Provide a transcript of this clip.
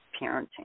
parenting